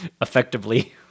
effectively